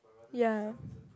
ya